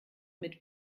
mit